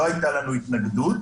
לא הייתה לנו התנגדות,